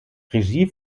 regie